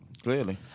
Clearly